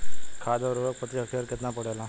खाध व उर्वरक प्रति हेक्टेयर केतना पड़ेला?